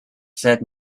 said